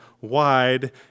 wide